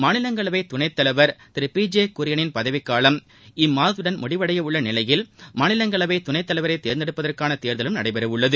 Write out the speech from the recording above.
மாநிலங்களவைத் துணைத் தலைவர் திரு பி ஜே குரியளின் பதவிக்காலம் இம்மாதத்துடன் முடிவடைய உள்ள நிலையில் மாநிலங்களவை துணைத் தலைவரை தேர்ந்தெடுப்பதற்கான தேர்தலும் நடைபெற உள்ளது